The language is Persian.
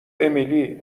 امیلی